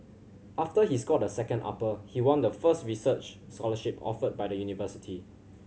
after he scored a second upper he won the first research scholarship offered by the university